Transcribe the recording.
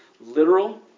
literal